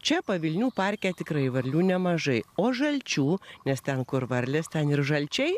čia pavilnių parke tikrai varlių nemažai o žalčių nes ten kur varlės ten ir žalčiai